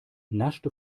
naschte